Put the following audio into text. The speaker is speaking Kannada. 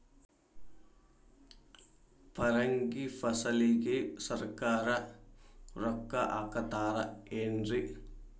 ಪರಂಗಿ ಫಸಲಿಗೆ ಸರಕಾರ ರೊಕ್ಕ ಹಾಕತಾರ ಏನ್ರಿ?